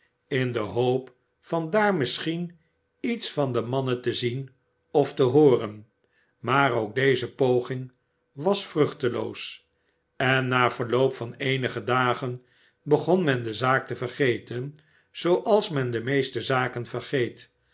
in de hoop van daar misschien iets van de mannen te zien of te hooren maar ook deze poging was vruchteloos en na verloop van eenige dagen begon men de zaak te vergeten zooals men de meeste zaken vergeet